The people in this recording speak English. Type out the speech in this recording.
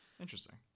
Interesting